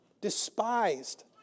despised